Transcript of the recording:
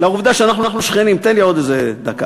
בגלל העובדה שאנחנו שכנים, תן לי עוד איזה דקה.